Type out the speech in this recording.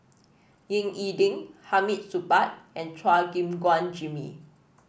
Ying E Ding Hamid Supaat and Chua Gim Guan Jimmy